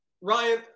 Ryan